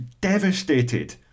devastated